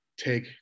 take